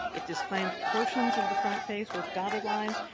it disclaimed portions of the front face with dotted lines.